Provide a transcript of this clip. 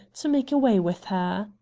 to make away with her.